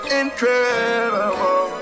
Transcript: incredible